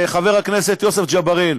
חבר הכנסת יוסף ג'בארין,